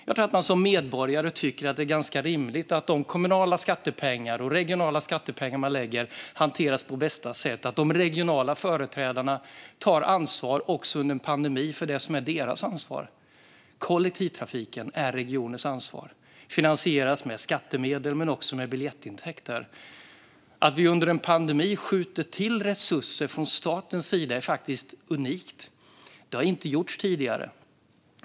Jag tror att medborgare tycker att det är ganska rimligt att de kommunala och regionala skattepengarna ska hanteras på bästa sätt och att de regionala företrädarna också under en pandemi ska ta ansvar för det som är deras ansvarsområde. Kollektivtrafiken är regionens ansvar och finansieras med skattemedel men också med biljettintäkter. Att staten under en pandemi skjuter till resurser är unikt. Det har inte gjorts tidigare.